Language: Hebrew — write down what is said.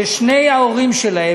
ששני ההורים שלהם,